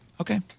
Okay